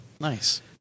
Nice